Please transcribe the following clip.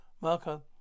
Marco